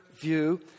view